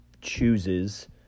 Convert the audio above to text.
chooses